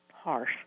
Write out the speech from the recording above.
harsh